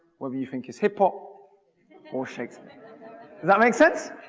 whether you think it's hip hop or shakespeare. does that make sense?